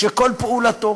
וכל פעולתו